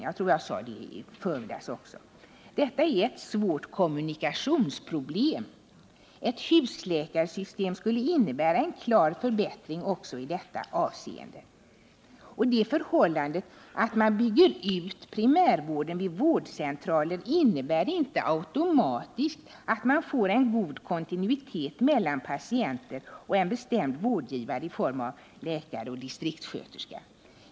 — Jag nämnde det i mitt tidigare inlägg. Detta är ett svårt kommunikationsproblem. Ett husläkarsystem skulle innebära en klar förbättring också i detta avseende. Och det förhållandet att man bygger ut primärvården vid vårdcentraler innebär inte automatiskt att man får en god kontinuitet mellan patient och en bestämd vårdgivare i form av läkare och distriktssköterska.